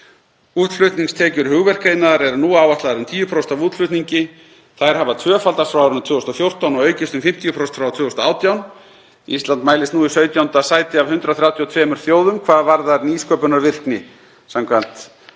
Útflutningstekjur hugverkaiðnaðar eru nú áætlaðar um 10% af útflutningi, en þær hafa tvöfaldast frá árinu 2014 og aukist um 50% frá 2018. Ísland mælist nú í 17. sæti af 132 þjóðum hvað varðar nýsköpunarvirkni samkvæmt